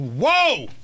Whoa